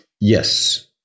Yes